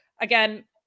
Again